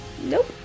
nope